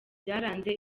byaranze